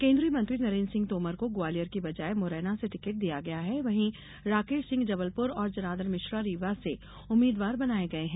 केन्द्रीय मंत्री नरेन्द्र सिंह तोमर को ग्वालियर की बजाय मुरैना से टिकट दिया गया है वहीं राकेश सिंह जबलपुर और जनार्दन मिश्रा रीवा से उम्मीदवार बनाए गए हैं